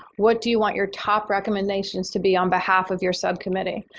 what do you want your top recommendations to be on behalf of your subcommittee.